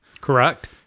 Correct